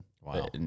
Wow